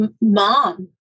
mom